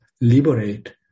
liberate